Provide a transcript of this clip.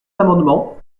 amendements